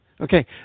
Okay